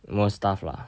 most stuff lah